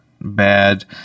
bad